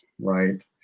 Right